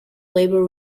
labour